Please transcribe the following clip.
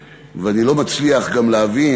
אני לא רואה את ההבדל, ואני לא מצליח גם להבין